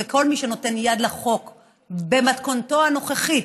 כל מי שנותן יד לחוק במתכונתו הנוכחית,